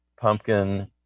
pumpkin